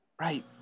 Right